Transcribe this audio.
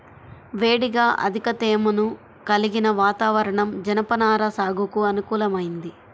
వేడిగా అధిక తేమను కలిగిన వాతావరణం జనపనార సాగుకు అనుకూలమైంది